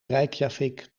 reykjavik